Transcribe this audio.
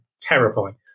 terrifying